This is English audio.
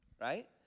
right